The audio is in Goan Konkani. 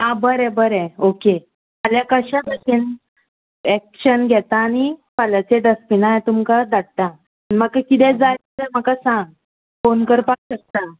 आं बरें बरें ओके फाल्यां कश्या भशेन एक्शन घेतां आनी फाल्यांचें डस्टबिनां तुमकां धाडटां म्हाका किदेंय जाय जाल्यार म्हाका सांग फोन करपाक शकता